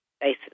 basis